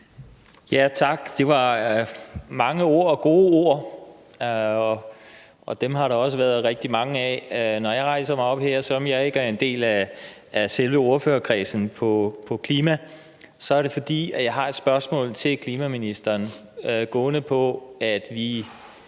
(V): Tak. Det var mange ord og gode ord, og dem har der også været rigtig mange af. Når jeg rejser mig op her, selv om jeg ikke er en del af selve ordførerkredsen på klimaområdet, er det, fordi jeg har et spørgsmål til klimaministeren, der går på, at vi